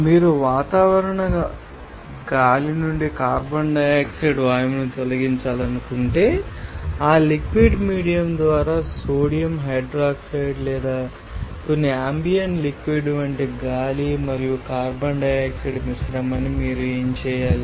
మీరు వాతావరణ గాలి నుండి కార్బన్ డయాక్సైడ్ వాయువును తొలగించాలనుకుంటే ఆ లిక్విడ్ మీడియం ద్వారా సోడియం హైడ్రాక్సైడ్ లేదా కొన్ని అంబియన్ లిక్విడ్ వంటి గాలి మరియు కార్బన్ డయాక్సైడ్ మిశ్రమాన్ని మీరు ఏమి చేయాలి